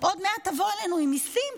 עוד מעט תבואו אלינו עם מיסים,